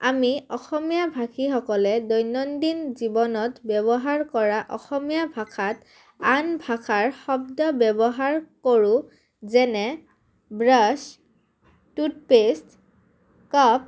আমি অসমীয়া ভাষীসকলে দৈনন্দিন জীৱনত ব্যৱহাৰ কৰা অসমীয়া ভাষাত আন ভাষাৰ শব্দ ব্যৱহাৰ কৰোঁ যেনে ব্ৰাছ টুথপেষ্ট কাপ